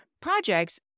projects